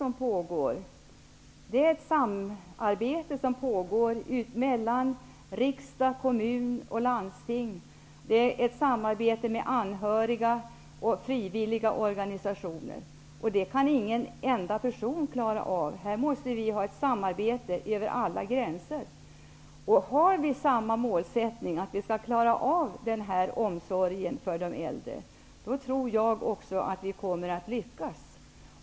Det är ett samarbete som pågår mellan riksdag, kommuner och landsting. Det sker också ett samarbete med anhöriga och frivilliga organisationer. Detta kan inte en enda person klara av. Här måste vi ha ett samarbete över alla gränser. Har vi samma målsättning, nämligen att vi skall klara av omsorgen för de äldre, tror jag att vi kommer att lyckas.